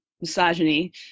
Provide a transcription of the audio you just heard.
misogyny